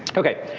ok,